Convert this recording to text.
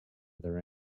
there